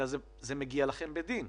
אלא זה מגיע לכם בדין.